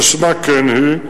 כשמה כן היא,